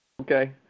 Okay